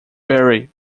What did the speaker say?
very